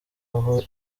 aho